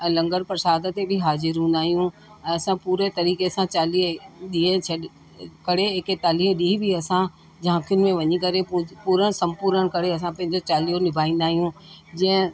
लंगर प्रशाद ते बि हाजिर हूंदा आहियूं असां पूरे तरीक़े सां चालीह ॾींहं छॾे करे एकेतालीह ॾींहं बि असां झांकियुनि में वञी करे पू पूरण संपूर्ण करे असां पंहिंजो चालीहो निभाईंदा आहियूं जीअं